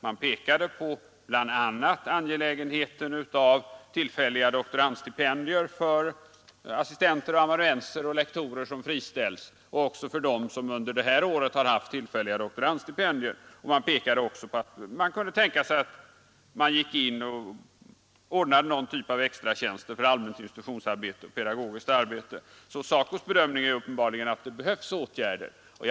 SACO framhöll bl.a. angelägenheten av tillfälliga doktorandstipendier för assistenter, amanuenser och lektorer som friställs och också för dem som under det här året har haft tillfälliga doktorandstipendier. SACO pekade också på möjligheten att ordna någon typ av extratjänster för allmänt institutionsarbete och pedagogiskt arbete. SACOs bedömning är således uppenbarligen att åtgärder behövs.